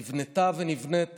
נבנתה ונבנית